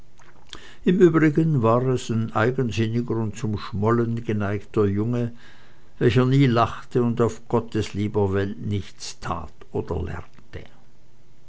im übrigen war es ein eigensinniger und zum schmollen geneigter junge welcher nie lachte und auf gottes lieber welt nichts tat oder lernte